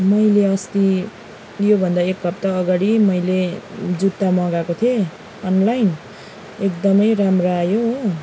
मैले अस्ति यो भन्दा एक हप्ता अगाडि मैले जुत्ता मगाएको थिएँ अनलाइन एकदमै राम्रो आयो हो